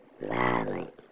violent